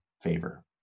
favor